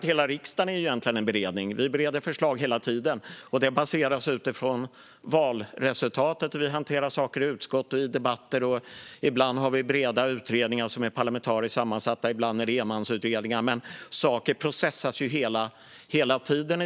Hela riksdagen är väl egentligen en beredning. Vi bereder förslag hela tiden, och det baseras utifrån valresultatet. Vi hanterar saker i utskott och debatter. Ibland har vi breda utredningar som är parlamentariskt sammansatta, och ibland är det enmansutredningar. Saker processas hela tiden.